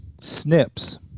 snips